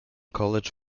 college